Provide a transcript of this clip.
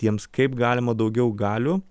jiems kaip galima daugiau galių